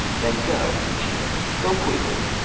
then go! she ordered. go quickly!